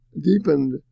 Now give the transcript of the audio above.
deepened